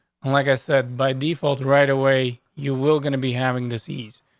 like i said, by default right away you will gonna be having this ease.